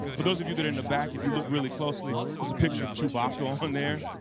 for those of you that are in the back, if you look really closely, there's a picture of chewbacca on there.